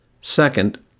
Second